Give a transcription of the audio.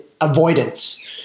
avoidance